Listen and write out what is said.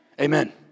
Amen